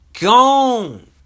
gone